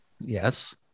Yes